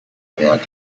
bamberg